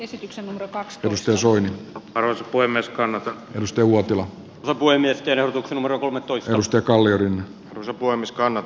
esityksen on kaksi joista suurin osa voi myös kannattaa ennusti uotila avoimen tiedotuksen numero kolmetoista risto kalliorinne voimiskannat